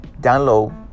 download